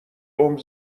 عمر